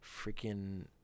Freaking